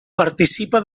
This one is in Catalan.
participa